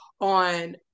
on